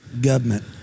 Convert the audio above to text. government